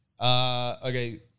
Okay